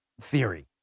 theory